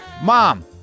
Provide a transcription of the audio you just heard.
Mom